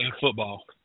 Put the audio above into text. football